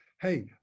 hey